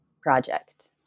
project